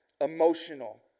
emotional